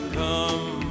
come